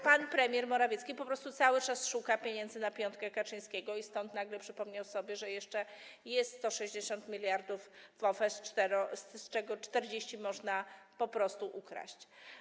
Pan premier Morawiecki po prostu cały czas szuka pieniędzy na piątkę Kaczyńskiego, stąd nagle przypomniał sobie, że jest jeszcze 160 mld w OFE, z czego 40 można po prostu ukraść.